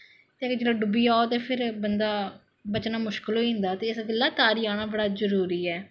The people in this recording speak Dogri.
ते जिसलै डुब्बी जाओ ते फिर बंदा बचना मुश्कल होई जंदा ते इस गल्ला तारी आना बड़ा जरूरी ऐ